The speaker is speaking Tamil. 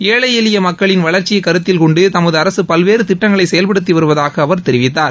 ஏஎழ எளிய மக்களின் வளர்ச்சியை கருத்தில் கொண்டு தமது அரசு பல்வேறு திட்டங்களை செயல்படுத்தி வருவதாக அவர் தெரிவித்தார்